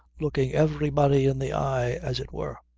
looking everybody in the eye as it were.